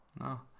no